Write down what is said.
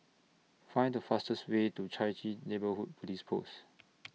Find The fastest Way to Chai Chee Neighbourhood Police Post